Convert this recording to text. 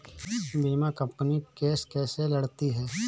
बीमा company case कैसे लड़ती है?